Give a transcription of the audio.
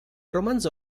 romanzo